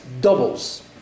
doubles